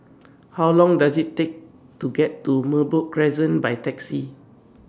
How Long Does IT Take to get to Merbok Crescent By Taxi